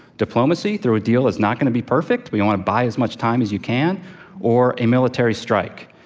diplomacy through a deal is not going to be perfect. we want to buy as much time as you can or a military strike.